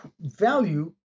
value